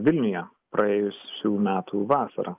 vilniuje praėjusių metų vasarą